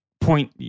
point